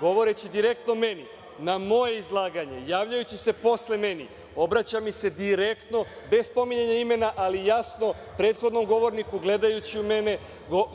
govoreći direktno meni, na moje izlaganje, javljajući se posle mene, obraća mi se direktno, bez spominjanja imena, ali jasno – prethodnom govorniku, gledajući u mene,